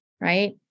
right